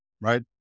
right